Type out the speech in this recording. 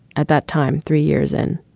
at that time, three years in,